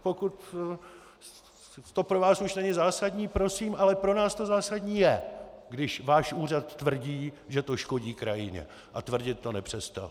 Pokud to pro vás už není zásadní, prosím, ale pro nás to zásadní je, když váš úřad tvrdí, že to škodí krajině, a tvrdit to nepřestal.